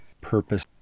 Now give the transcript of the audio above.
Purpose